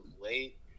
late